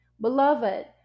beloved